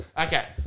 Okay